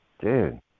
dude